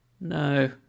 No